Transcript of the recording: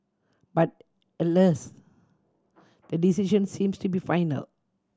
but alas the decision seems to be final